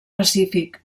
pacífic